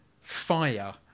fire